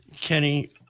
Kenny